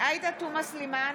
עאידה תומא סלימאן,